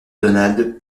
donald